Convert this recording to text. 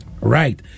Right